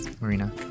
Marina